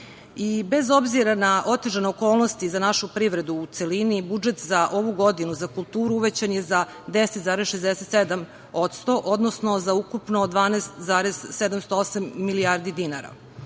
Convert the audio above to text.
Bez obzira na otežane okolnosti za našu privredu u celini, budžet za ovu godinu za kulturu uvećan je za 10,67%, odnosno za ukupno 12,708 milijardi